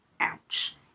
Ouch